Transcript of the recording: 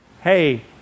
Hey